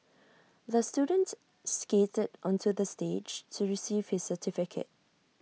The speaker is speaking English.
the students skated onto the stage to receive his certificate